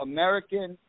American